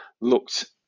looked